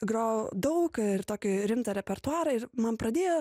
grojau daug ir tokį rimtą repertuarą ir man pradėjo